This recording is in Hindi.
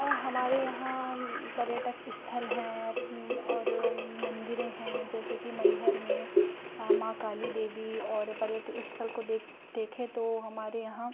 और हमारे यहाँ पर्यटन स्थल हैं और मंदिरें हैं जैसे कि मैहर में माँ काली देवी और पर्यट स्थल को देख देखें तो हमारे यहाँ